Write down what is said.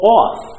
off